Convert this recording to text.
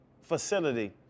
facility